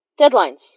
Deadlines